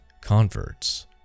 converts